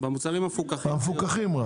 במוצרים המפוקחים.